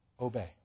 obey